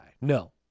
No